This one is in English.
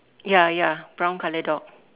ya ya brown colour dog